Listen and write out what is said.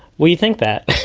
well, you'd think that.